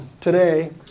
today